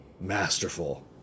masterful